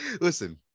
listen